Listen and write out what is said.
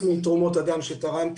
-- זה חלק מתרומות הדם שתרמתי.